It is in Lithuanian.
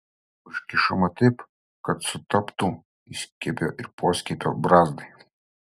užkišama taip kad sutaptų įskiepio ir poskiepio brazdai